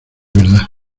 verdad